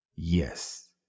Yes